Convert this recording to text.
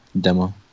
demo